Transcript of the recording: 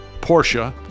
Porsche